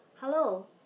Hello